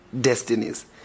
destinies